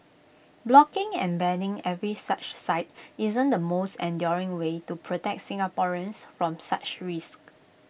blocking and banning every such site isn't the most enduring way to protect Singaporeans from such risks